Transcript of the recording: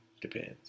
depends